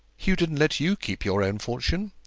hugh didn't let you keep your own fortune.